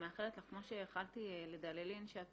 אני מאחלת לך כמו שאיחלתי לדללין שאת